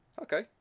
okay